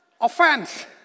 Offense